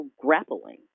grappling